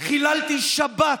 חיללתי שבת,